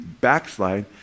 backslide